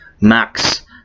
Max